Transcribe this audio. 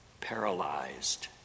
paralyzed